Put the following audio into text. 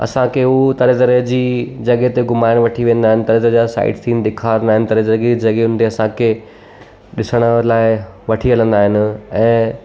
असांखे उहो तरह तरह जी जॻहि ते घुमाइण वठी वेंदा आहिनि तरह तरह जा साइड सिन ॾेखारींदा आहिनि तरह तरह जी जॻहियुनि ते असांखे ॾिसण लाइ वठी हलंदा आहिनि ऐं